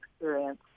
experience